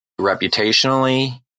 reputationally